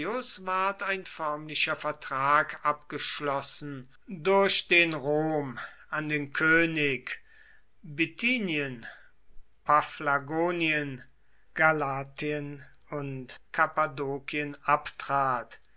ein förmlicher vertrag abgeschlossen durch den rom an den könig bithynien paphlagonien galanen und kappadokien abtrat